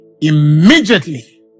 Immediately